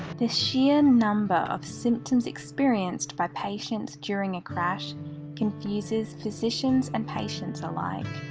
the sheer number of symptoms experienced by patients during a crash confuses physicians and patients alike.